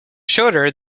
shorter